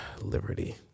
Liberty